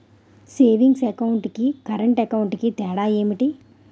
Savings account కి current account కి తేడా ఏమిటి?